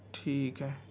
ٹھیک ہے